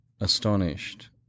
astonished